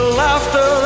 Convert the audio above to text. laughter